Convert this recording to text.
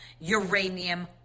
Uranium